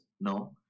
No